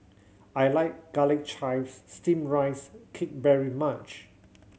I like Garlic Chives Steamed Rice Cake very much